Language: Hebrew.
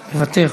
מוותרת.